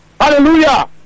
Hallelujah